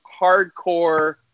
hardcore